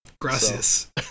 Gracias